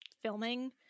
filming